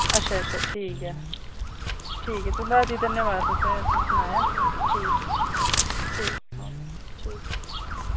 अच्छा अच्छा ठीक ऐ ठीक ऐ तुं'दा धन्यबाद तुसें असें गी सनाया ठीक ठीक ओके ठीक